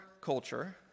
culture